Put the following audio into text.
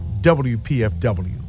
WPFW